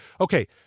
Okay